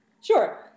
Sure